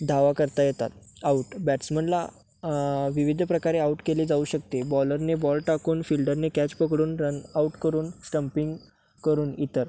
धावा करता येतात आऊट बॅट्समनला विविध प्रकारे आऊट केले जाऊ शकते बॉलरने बॉल टाकून फील्डरने कॅच पकडून रन आऊट करून स्टंपिंग करून इतर